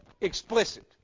explicit